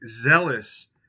zealous